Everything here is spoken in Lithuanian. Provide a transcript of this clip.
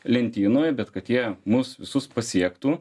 lentynoj bet kad jie mus visus pasiektų